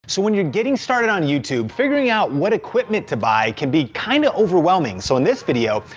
so when you're getting started on youtube, figuring out what equipment to buy can be kind of overwhelming. so in this video,